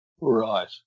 right